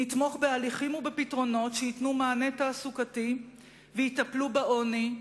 נתמוך בהליכים ובפתרונות שייתנו מענה תעסוקתי ויטפלו בעוני,